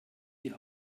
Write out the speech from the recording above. die